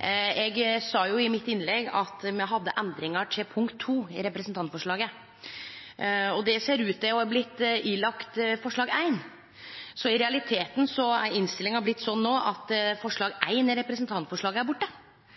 Eg sa i mitt innlegg at me hadde endringar til punkt 2 i representantforslaget, som ser ut til å ha blitt forslag nr. 1. Så i realiteten er innstillinga no blitt slik at forslag nr. 1 i representantforslaga er borte,